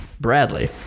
Bradley